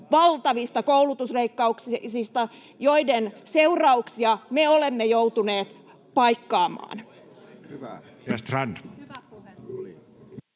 valtavista koulutusleikkauksista, joiden seurauksia me olemme joutuneet paikkaamaan.